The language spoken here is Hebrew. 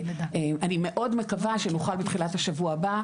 אני מאוד מקווה שנוכל בתחילת השבוע הבא,